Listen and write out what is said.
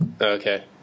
Okay